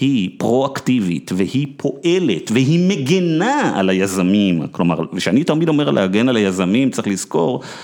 היא פרו אקטיבית והיא פועלת והיא מגנה על היזמים, כלומר, ושאני תמיד אומר להגן על היזמים צריך לזכור